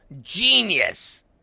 genius